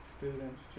students